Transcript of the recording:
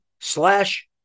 slash